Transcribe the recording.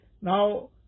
Now